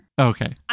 Okay